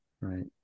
Right